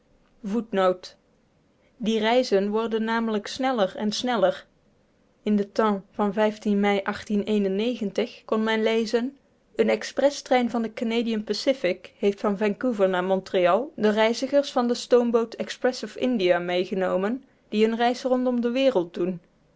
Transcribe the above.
die reizen worden nl sneller en sneller in den kon men lezen een exprestrein van de canadian pacific heeft van vancouver naar montreal de reizigers van de stoomboot express of india meegenomen die eene reis rondom de wereld doen